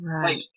Right